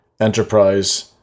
Enterprise